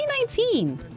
2019